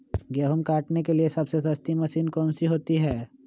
गेंहू काटने के लिए सबसे सस्ती मशीन कौन सी होती है?